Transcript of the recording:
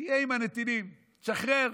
תהיה עם הנתינים, תשחרר,